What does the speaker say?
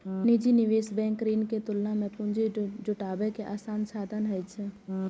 निजी निवेश बैंक ऋण के तुलना मे पूंजी जुटाबै के आसान साधन होइ छै